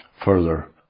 further